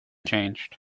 changed